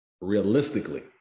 realistically